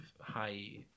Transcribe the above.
high